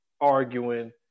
arguing